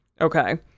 Okay